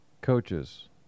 coaches